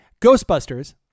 Ghostbusters